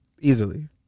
Easily